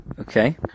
Okay